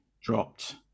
dropped